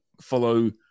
follow